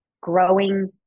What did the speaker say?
growing